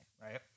right